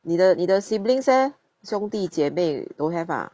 你的你的 siblings leh 兄弟姐妹 don't have ah